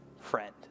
friend